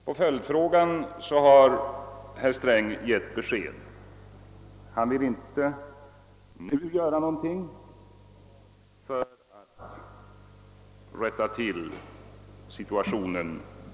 På följdfrågan har herr Sträng givit besked; han vill inte nu göra någonting för att rätta till situationen.